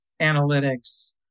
analytics